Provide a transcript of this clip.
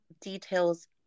details